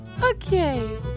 Okay